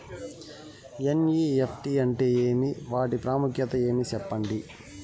NEFT అంటే ఏమి వాటి ప్రాముఖ్యత ఏమి? సెప్పండి?